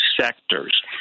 sectors